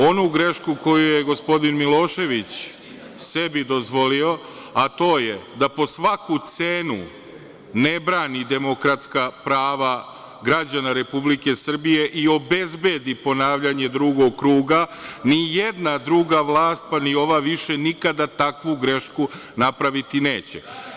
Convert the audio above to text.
Onu grešku koju je gospodin Milošević sebi dozvolio, a to je da po svaku cenu ne brani demokratska prava građana Republike Srbije i obezbedi ponavljanje drugog kruga, ni jedna druga vlast, pa ni ova više nikada takvu grešku napraviti neće.